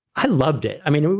i loved it. i mean,